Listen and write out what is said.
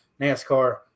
NASCAR